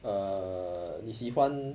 err 你喜欢